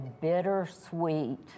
bittersweet